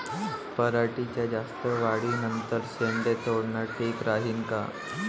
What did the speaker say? पराटीच्या जास्त वाढी नंतर शेंडे तोडनं ठीक राहीन का?